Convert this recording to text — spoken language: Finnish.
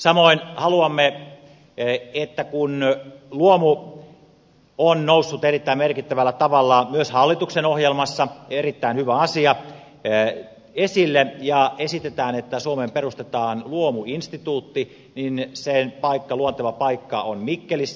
samoin haluamme että kun luomu on noussut erittäin merkittävällä tavalla myös hallituksen ohjelmassa erittäin hyvä asia esille ja esitetään että suomeen perustetaan luomuinstituutti niin sen luonteva paikka on mikkelissä